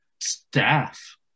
staff